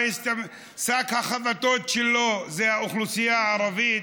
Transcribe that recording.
הרי שק החבטות שלו זה האוכלוסייה הערבית.